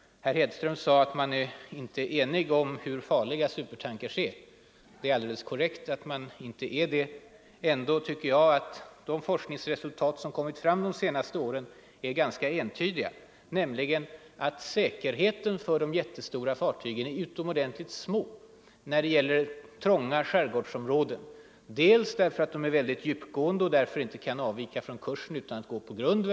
Herr Hedström sade att man inte är enig om hur farliga supertankers är. Det är alldeles korrekt att man inte är det. Ändå tycker jag att de forskningsresultat som kommit fram de senaste åren är ganska entydiga. De visar nämligen att säkerheten för de jättestora fartygen är utomordentligt liten när det gäller trånga skärgårdsområden. De här fartygen är mycket djupgående och kan alltså inte avvika särskilt mycket från kursen utan att gå på grund.